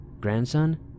grandson